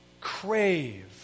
crave